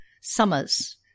summers